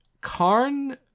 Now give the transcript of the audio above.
Karn